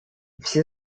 все